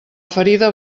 ferida